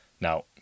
Now